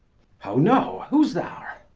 how now? who's there?